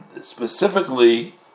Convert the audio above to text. specifically